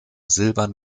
silbern